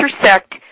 intersect